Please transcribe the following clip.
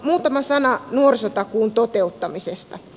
muutama sana nuorisotakuun toteuttamisesta